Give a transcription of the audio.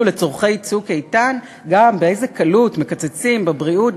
לצורכי "צוק איתן" גם באיזו קלות מקצצים בבריאות,